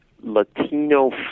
Latino